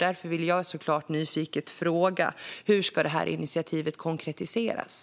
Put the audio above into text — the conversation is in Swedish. Därför frågar jag nyfiket: Hur ska det här initiativet konkretiseras?